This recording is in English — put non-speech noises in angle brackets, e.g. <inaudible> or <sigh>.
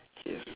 K <noise>